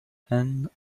and